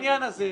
בעניין הזה,